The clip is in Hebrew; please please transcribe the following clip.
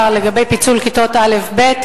לגבי פיצול כיתות א' ב',